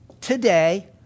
today